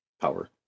power